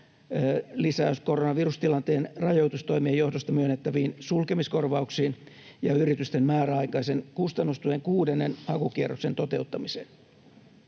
lisäys koronavirustilanteen rajoitustoimien johdosta myönnettäviin sulkemiskorvauksiin ja yritysten määräaikaisen kustannustuen kuudennen hakukierroksen toteuttamiseen.